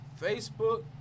Facebook